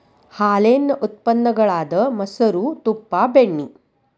ಹಾಲೇನ ಉತ್ಪನ್ನ ಗಳಾದ ಮೊಸರು, ತುಪ್ಪಾ, ಬೆಣ್ಣಿ